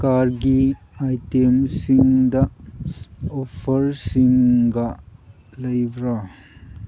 ꯀꯥꯔꯒꯤ ꯑꯥꯏꯇꯦꯝꯁꯤꯡꯗ ꯑꯣꯐꯔꯁꯤꯡꯒ ꯂꯩꯕ꯭ꯔꯥ